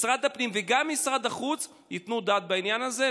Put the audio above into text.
משרד הפנים וגם משרד החוץ ייתנו את הדעת בעניין הזה,